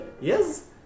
Yes